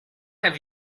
have